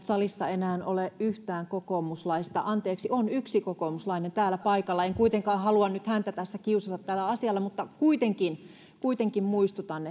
salissa nyt enää ole yhtään kokoomuslaista anteeksi on yksi kokoomuslainen täällä paikalla en kuitenkaan halua nyt häntä tässä kiusata tällä asialla kuitenkin kuitenkin muistutan